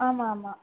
ஆமாம் ஆமாம்